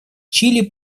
чили